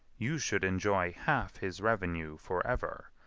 you should enjoy half his revenue for ever,